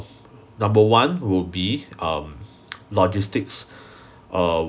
number one would be um logistics err